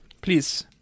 Please